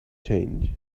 change